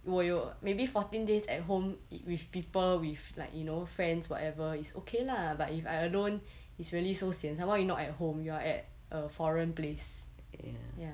我有 maybe fourteen days at home it with people with like you know friends whatever is okay lah but if I alone it's really so sian some more you not at home you are at a foreign place ya